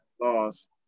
lost